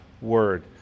word